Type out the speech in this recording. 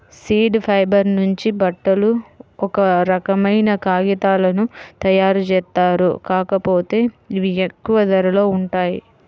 seed fibre నుంచి బట్టలు, ఒక రకమైన కాగితాలను తయ్యారుజేత్తారు, కాకపోతే ఇవి ఎక్కువ ధరలో ఉంటాయి